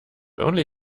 only